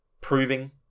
proving